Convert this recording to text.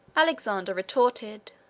alexander retorted,